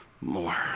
more